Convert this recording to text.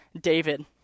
David